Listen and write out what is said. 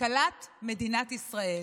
וכלכלת מדינת ישראל.